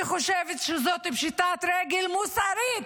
אני חושבת שזאת פשיטת רגל מוסרית,